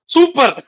Super